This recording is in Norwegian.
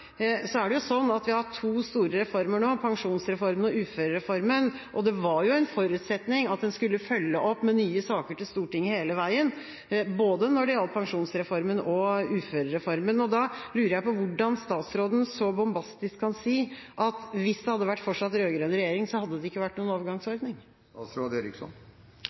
er det jo sånn at vi har to store reformer nå – pensjonsreformen og uførereformen – og det var en forutsetning at en skulle følge opp med nye saker til Stortinget hele veien når det gjaldt både pensjonsreformen og uførereformen. Da lurer jeg på hvordan statsråden så bombastisk kan si at hvis det fortsatt hadde vært rød-grønn regjering, hadde det ikke vært noen